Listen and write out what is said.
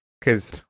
Because-